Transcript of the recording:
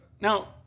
Now